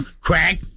Crack